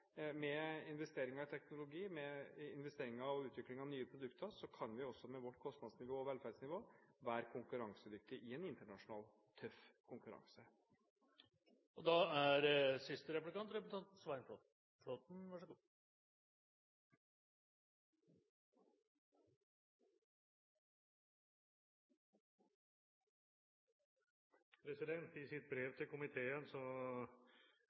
Med investeringer og utvikling av nye produkter kan vi også med vårt kostnadsnivå og velferdsnivå være konkurransedyktige i en internasjonal, tøff konkurranse. I sitt brev til komiteen